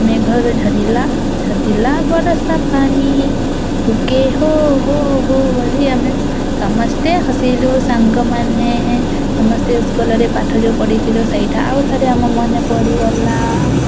ମେଘରୁ ଝରିଲା ଝରିଲା ବରଷା ପାଣି ହୁକେ ହୁ ହୁ ହୁ ବୋଲି ଆମେ ସମସ୍ତେ ହସିଲୁ ସାଙ୍ଗମାନେ ସମସ୍ତେ ସ୍କୁଲରେ ପାଠ ଯୋଉ ପଢ଼ିଥିଲୁ ସେଇଟା ଆଉଥରେ ଆମ ମନେ ପଡ଼ିଗଲା